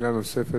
שאלה נוספת.